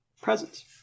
presence